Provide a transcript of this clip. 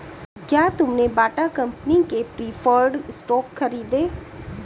क्या तुमने Bata company के प्रिफर्ड स्टॉक खरीदे?